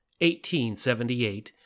1878